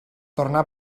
tornar